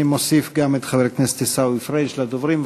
אני מוסיף גם את חבר הכנסת עיסאווי פריג' לדוברים.